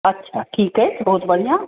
अच्छा ठीक अछि बहुत बढ़िऑं